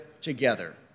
together